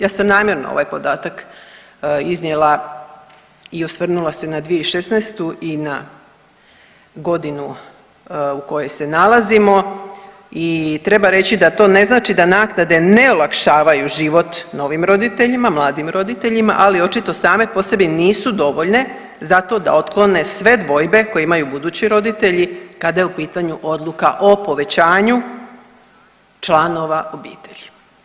Ja sam namjerno ovaj podatak iznijela i osvrnula se na 2016. i na godinu u kojoj se nalazimo i treba reći da to ne znači da naknade ne olakšavaju život novim roditeljima, mladim roditeljima, ali očito same po sebi nisu dovoljno zato da otklone sve dvojbe koje imaju budući roditelji kada je u pitanju odluka o povećanju članova obitelji.